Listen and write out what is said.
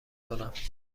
کنم